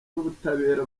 n’ubutabera